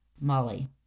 molly